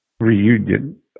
reunion